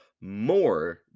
more